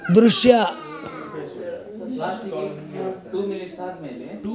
ದೃಶ್ಯ